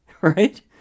Right